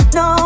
no